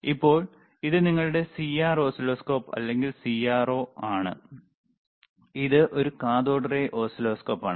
ഇപ്പോൾ ഇത് നിങ്ങളുടെ CR ഓസിലോസ്കോപ്പ് അല്ലെങ്കിൽ CRO ആണ് ഇത് ഒരു കാഥോഡ് റേ ഓസിലോസ്കോപ്പാണ്